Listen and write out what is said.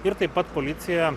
ir taip pat policija